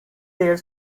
their